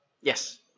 Yes